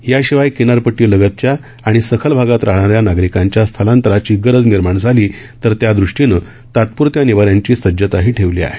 याशिवाय किनारपट्टी लगतच्या आणि सखल भागात राहणाऱ्या नागरिकांच्या स्थलांतराची गरज निर्माण झाली तर त्यादृष्टीनं तात्प्रत्या निवाऱ्यांची सज्जताही ठेवली आहे